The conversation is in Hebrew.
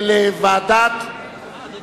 (הטלת